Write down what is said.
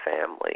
family